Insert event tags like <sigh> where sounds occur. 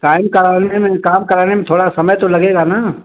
<unintelligible> काम कराने में थोड़ा समय तो लगेगा ना